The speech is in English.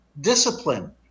discipline